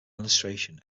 illustration